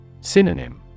Synonym